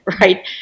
right